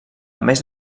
més